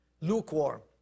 Lukewarm